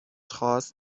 خواست